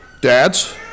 Dads